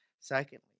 secondly